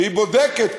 שהיא בודקת.